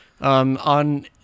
On